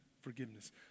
forgiveness